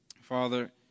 Father